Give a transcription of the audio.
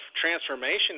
transformation